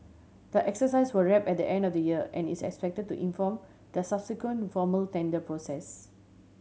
the exercise will wrap at the end of the year and is expected to inform the subsequent formal tender process